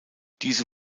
diese